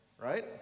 Right